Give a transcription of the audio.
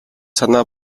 санаа